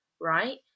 right